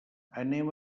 anem